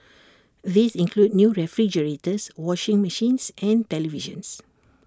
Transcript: these include new refrigerators washing machines and televisions